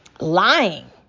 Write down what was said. lying